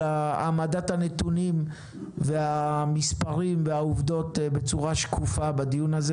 העמדת הנתונים והמספרים והעובדות בצורה שקופה בדיון הזה